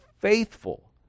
faithful